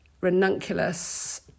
ranunculus